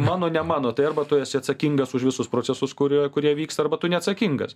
mano ne mano tai arba tu esi atsakingas už visus procesus kurie kurie vyksta arba tu neatsakingas